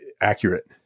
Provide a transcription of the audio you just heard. accurate